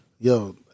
Yo